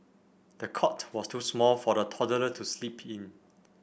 the cot was too small for the toddler to sleep in